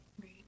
Right